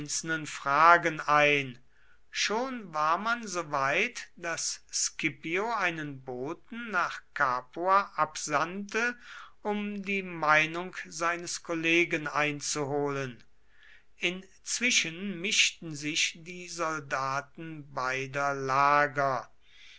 fragen ein schon war man so weit daß scipio einen boten nach capua absandte um die meinung seines kollegen einzuholen inzwischen mischten sich die soldaten beider lager